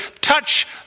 touch